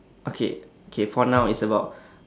okay okay for now it's about